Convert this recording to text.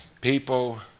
people